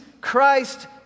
Christ